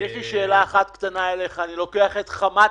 יש לי שאלה אחת קטנה אליך: אני לוקח את "חמת"